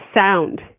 sound